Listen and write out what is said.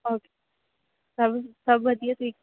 okay ਸਭ ਸਭ ਵਧੀਆ ਜੀ